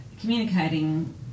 communicating